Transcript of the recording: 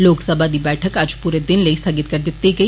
लोकसभा दी बैठक अज्ज पूरे दिन लेई स्थगित करी दिती गेई